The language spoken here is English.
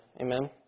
Amen